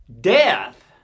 death